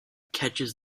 catches